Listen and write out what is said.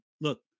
Look